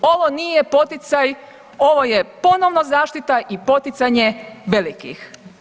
Ovo nije poticaj, ovo je ponovo zaštita i poticanje velikih.